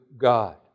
God